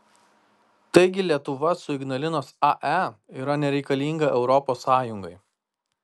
taigi lietuva su ignalinos ae yra nereikalinga europos sąjungai